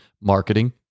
marketing